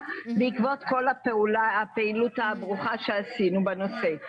בעקבות כל הפעילות הברוכה שעשינו בנושא.